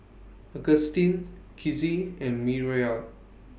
Agustin Kizzie and Miriah